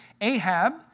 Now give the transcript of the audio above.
Ahab